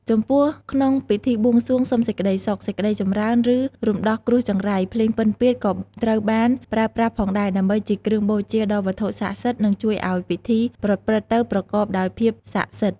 ចំពោះក្នុងពិធីបួងសួងសុំសេចក្ដីសុខ សេចក្ដីចម្រើន ឬរំដោះគ្រោះចង្រៃ ភ្លេងពិណពាទ្យក៏ត្រូវបានប្រើប្រាស់ផងដែរ ដើម្បីជាគ្រឿងបូជាដល់វត្ថុស័ក្តិសិទ្ធិ និងជួយឱ្យពិធីប្រព្រឹត្តទៅប្រកបដោយភាពស័ក្តិសិទ្ធិ។